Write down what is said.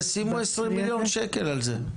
תשימו 20 מיליון ₪ על זה.